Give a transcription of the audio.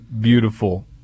beautiful